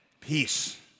peace